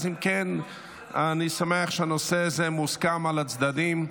אם כן, אני שמח שהנושא הזה מוסכם על הצדדים.